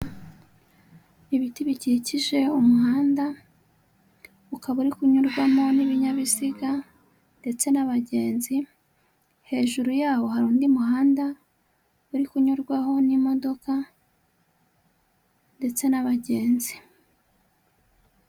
Ibiti bikikije umuhanda, ukaba ari kunyurwamo n'ibinyabiziga ndetse n'abagenzi, hejuru yaho hari undi muhanda, uri kunyurwaho n'imodoka ndetse n'abagenzi.